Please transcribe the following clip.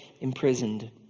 imprisoned